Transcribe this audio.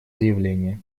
заявление